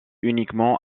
uniquement